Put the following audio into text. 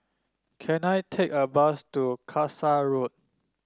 can I take a bus to Kasai Road